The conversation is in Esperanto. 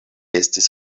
estis